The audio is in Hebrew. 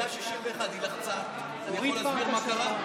זה היה 61. היא לחצה, אסביר מה קרה?